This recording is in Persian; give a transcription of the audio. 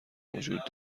وجود